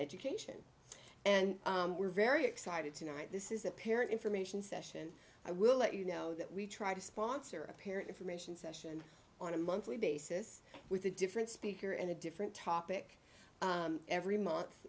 education and we're very excited tonight this is a parent information session i will let you know that we try to sponsor a parent information session on a monthly basis with a different speaker and a different topic every month